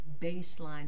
baseline